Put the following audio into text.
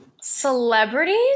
celebrities